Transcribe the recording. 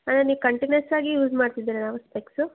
ಅಲ್ಲ ನೀವು ಕಂಟಿನ್ಯೂಯಸ್ ಆಗಿ ಯೂಸ್ ಮಾಡ್ತಿದ್ದೀರಾ ಸ್ಪೆಕ್ಸ